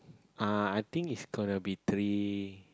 uh I think it's gonna be three